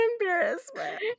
embarrassment